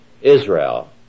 Israel